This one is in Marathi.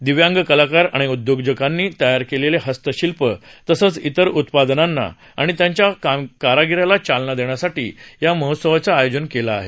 दिव्यांग कलाकार आणि उद्योजकांनी तयार केलेली हस्तशिल्प तसंच इतर उत्पादनांना आणि त्यांच्या कारागिरीला चालना देण्यासाठी या महोत्सवाचं आयोजन केलं आहे